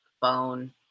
phone